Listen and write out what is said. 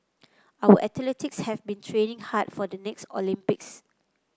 our athletes have been training hard for the next Olympics